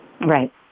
Right